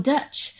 Dutch